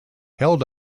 held